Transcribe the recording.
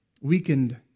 Weakened